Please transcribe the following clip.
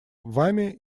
вами